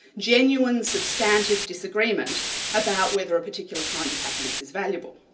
genuine substantive disagreement about whether a particular kind of happiness is valuable.